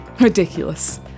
Ridiculous